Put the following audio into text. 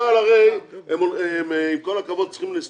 אם אנחנו נוריד את המס על העניין הזה - בחסות